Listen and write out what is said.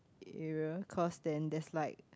area cause then there's like